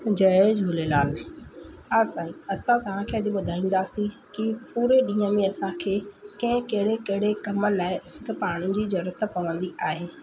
जय झूलेलाल हा साई असां तव्हांखे अॼु ॿुधाईंदासीं की पूरे ॾींहं में असांखे कंहिं कहिड़े कहिड़े कम लाइ इस पाणी जी ज़रूरत पवंदी आहे